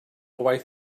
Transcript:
waith